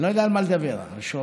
אני לא יודע על מה לדבר, על שורשייך